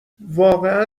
واقعا